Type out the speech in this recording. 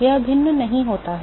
यह भिन्न नहीं होता है